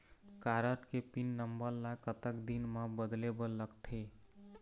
Card के pin number ला कतक दिन म बदले बर लगथे?